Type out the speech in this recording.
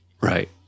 Right